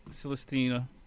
Celestina